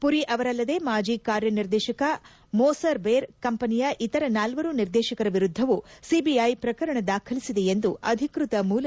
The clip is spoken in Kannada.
ಪುರಿ ಅವರಲ್ಲದೆ ಮಾಜಿ ಕಾರ್ಯನಿರ್ದೇಶಕ ಮೋಸರ್ ಬೇರ್ ಕಂಪನಿಯ ಇತರ ನಾಲ್ವರು ನಿರ್ದೇಶಕರ ವಿರುದ್ದವೂ ಸಿಬಿಐ ಪ್ರಕರಣ ದಾಖಲಿಸಿದೆ ಎಂದು ಅಧಿಕೃತ ಮೂಲಗಳು ತಿಳಿಸಿವೆ